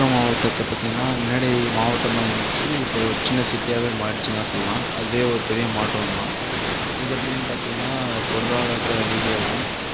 விழுப்புரம் மாவட்டத்தை பார்த்தீங்கன்னா முன்னாடி மாவட்டமாக இருந்துச்சு இப்போ ஒரு சின்ன சிட்டியாகவே மாறிச்சுன்னு தான் சொல்லலாம் அதுவே ஒரு பெரிய மாற்றம்தான் இது எப்படின்னு பார்த்தீங்கன்னா பொருளாதார ரீதியாகவும்